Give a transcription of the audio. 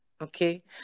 okay